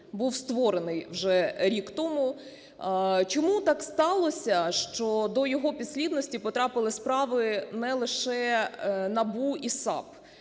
був створений вже рік тому. Чому так сталося, що до його підслідності потрапили справи не лише НАБУ і САП?